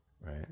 right